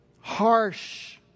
harsh